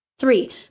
Three